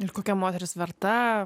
ir kokia moteris verta